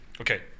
Okay